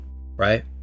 right